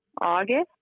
August